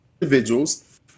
individuals